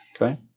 Okay